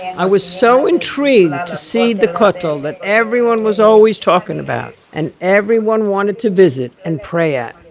i was so intrigued to see the kotel that everyone was always talking about, and everyone wanted to visit and pray at.